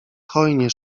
hojnie